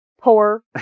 poor